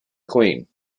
mcqueen